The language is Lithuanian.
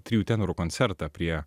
trijų tenorų koncertą prie